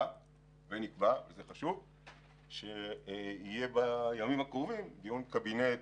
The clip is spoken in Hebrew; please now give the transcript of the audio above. ונקבע שיהיה בימים הקרובים דיון קבינט